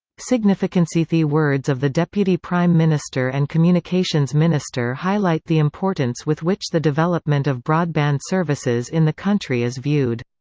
significancethe words of the deputy prime minister and communications minister highlight the importance with which the development of broadband services in the country is viewed.